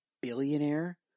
billionaire